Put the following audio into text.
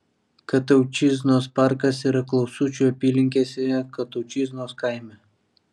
kataučiznos parkas yra klausučių apylinkėse kataučiznos kaime